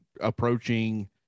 approaching